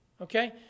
Okay